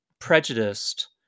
prejudiced